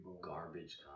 Garbage